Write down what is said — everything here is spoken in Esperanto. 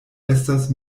estas